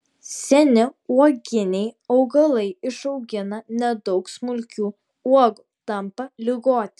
seni uoginiai augalai išaugina nedaug smulkių uogų tampa ligoti